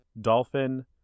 dolphin